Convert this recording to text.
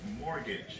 mortgage